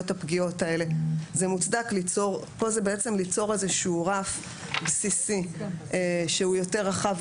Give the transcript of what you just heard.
הפגיעות האלה מוצדק ליצור איזשהו רף בסיסי יותר רחב,